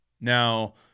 Now